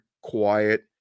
quiet